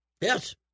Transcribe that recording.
Yes